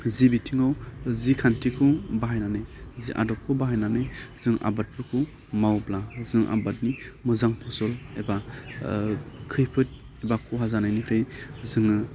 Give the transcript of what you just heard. जि बिथिङाव जि खान्थिखौ बाहायनानै जि आदबखौ बाहानानै जों आबादफोरखौ मावब्ला जों आबादनि मोजां फसल एबा खैफोद बा खहा जानायनिफ्राइ जोङो